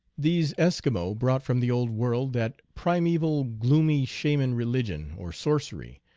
these eskimo brought from the old world that primeval gloomy shaman religion, or sorcery,